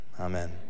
Amen